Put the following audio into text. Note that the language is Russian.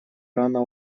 рано